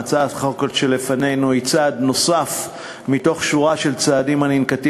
הצעת החוק שלפנינו היא צעד נוסף בשורה של צעדים הננקטים